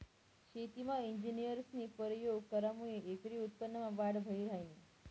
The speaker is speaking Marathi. शेतीमा इंजिनियरस्नी परयोग करामुये एकरी उत्पन्नमा वाढ व्हयी ह्रायनी